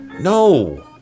No